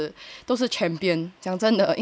的每个妈妈都是都是 champion 讲真的因为